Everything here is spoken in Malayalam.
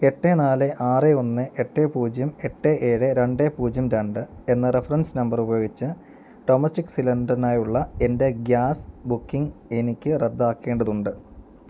എട്ട് നാല് ആറ് ഒന്ന് എട്ട് പൂജ്യം എട്ട് ഏഴ് രണ്ട് പൂജ്യം രണ്ട് എന്ന റഫറൻസ് നമ്പർ ഉപയോഗിച്ച് ഡൊമസ്റ്റിക് സിലിണ്ടറിനായുള്ള എൻ്റെ ഗ്യാസ് ബുക്കിംഗ് എനിക്ക് റദ്ദാക്കേണ്ടതുണ്ട്